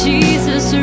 Jesus